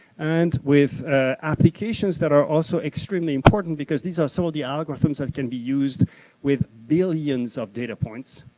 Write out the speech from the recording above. and with applications that are also extremely important because these are some so of the algorithms that can be used with billions of data points.